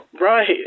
Right